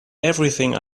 everything